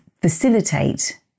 facilitate